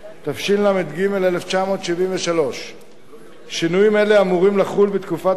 התשל"ג 1973. שינויים אלה אמורים לחול בתקופת